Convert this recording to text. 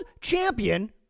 champion